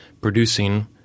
producing